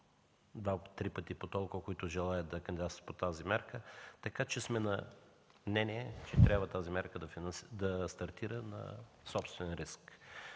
два-три пъти по толкова, които желаят да кандидатстват по тази мярка, така че сме на мнение, че тя трябва да стартира на собствен риск.